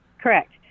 Correct